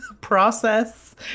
Process